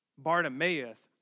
Bartimaeus